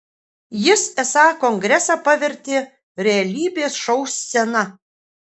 jis esą kongresą pavertė realybės šou scena